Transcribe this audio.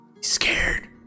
Scared